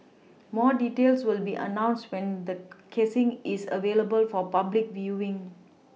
more details will be announced when the casing is available for public viewing